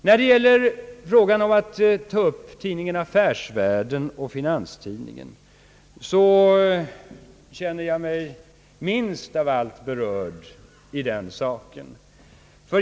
När det gäller tidningen Affärsvärlden—Finanstidningen känner jag mig minst av allt berörd.